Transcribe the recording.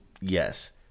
Yes